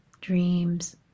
dreams